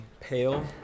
Pale